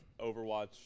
Overwatch